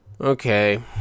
Okay